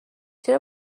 چرا